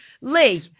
Lee